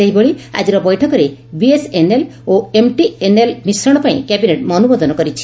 ସେହିଭଳି ଆଜିର ବୈଠକରେ ବିଏସ୍ଏନ୍ଏଲ୍ ଏମ୍ଟିଏନ୍ଏଲ୍ ମିଶ୍ରଣ ପାଇଁ କ୍ୟାବିନେଟ୍ ଅନୁମୋଦନ କରିଛି